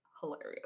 hilarious